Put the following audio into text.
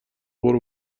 برو